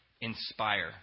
inspire